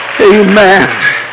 amen